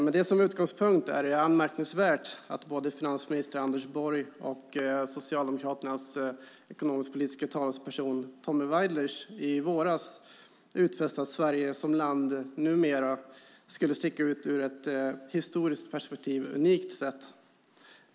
Med det som utgångspunkt är det anmärkningsvärt att både finansminister Anders Borg och Socialdemokraternas ekonomisk-politiske talesperson Tommy Waidelich i våras utfäste att Sverige som land - numera - skulle sticka ut på ett ur ett historiskt perspektiv unikt sätt.